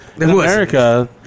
America